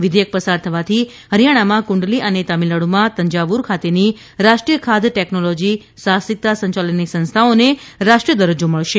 વિધેયક પસાર થવાથી હરિથાણામાં કુંડલી અને તામિલનાડમાં તંજાવુર ખાતેની રાષ્ટ્રીય ખાદ્ય ટેકનોલોજી સાહસિકતા સંયાલનની સંસ્થાઓને રાષ્ટ્રીય દરજ્જો મળશે